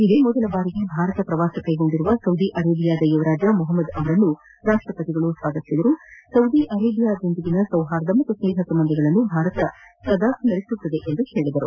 ಇದೇ ಮೊದಲ ಬಾರಿಗೆ ಭಾರತ ಪ್ರವಾಸ ಕೈಗೊಂಡಿರುವ ಸೌದಿ ಅರೇಬಿಯಾದ ಯುವರಾಜ ಮೊಹಮದ್ ಅವರನ್ನು ಸ್ವಾಗತಿಸಿದ ರಾಷ್ಟ್ರಪತಿ ಸೌದಿ ಅರೇಬಿಯಾದೊಂದಿಗಿನ ಸೌಹಾರ್ದ ಮತ್ತು ಸ್ನೇಹ ಸಂಬಂಧಗಳನ್ನು ಭಾರತ ಸದಾ ಸ್ಮರಿಸುತ್ತದೆ ಎಂದರು